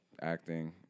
acting